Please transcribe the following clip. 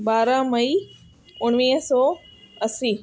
ॿारहं मई उणिवीह सौ असी